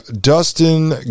Dustin